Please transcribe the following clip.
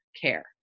care